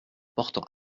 portant